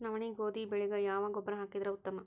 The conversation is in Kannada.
ನವನಿ, ಗೋಧಿ ಬೆಳಿಗ ಯಾವ ಗೊಬ್ಬರ ಹಾಕಿದರ ಉತ್ತಮ?